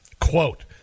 quote